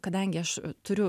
kadangi aš turiu